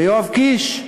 ויואב קיש,